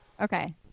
Okay